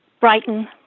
Brighton